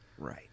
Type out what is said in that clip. Right